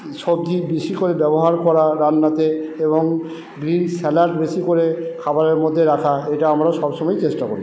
সবজি বেশি করে ব্যবহার করা রান্নাতে এবং গ্রীন স্যালাদ বেশি করে খাবারের মধ্যে রাখা এটা আমরা সবসময়ই চেষ্টা করি